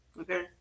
Okay